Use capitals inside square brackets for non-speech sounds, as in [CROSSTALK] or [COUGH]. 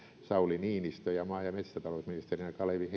sauli niinistö ja maa ja metsätalousministerinä kalevi [UNINTELLIGIBLE]